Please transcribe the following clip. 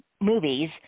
movies